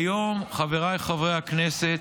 כיום, חבריי חברי הכנסת,